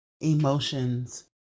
emotions